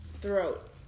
throat